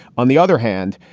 on the other hand,